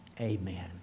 Amen